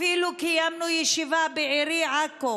אפילו קיימנו ישיבה בעירי עכו.